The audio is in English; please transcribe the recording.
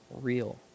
real